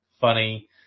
funny